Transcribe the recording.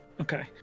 okay